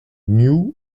new